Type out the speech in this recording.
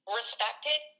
respected